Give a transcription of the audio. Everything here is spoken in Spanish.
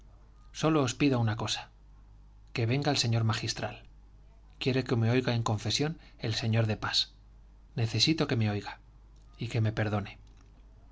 sólo os pido una cosa que venga el señor magistral quiero que me oiga en confesión el señor de pas necesito que me oiga y que me perdone